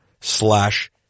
slash